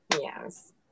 Yes